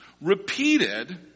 repeated